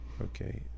Okay